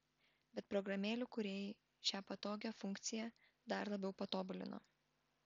bet programėlių kūrėjai šią patogią funkciją dar labiau patobulino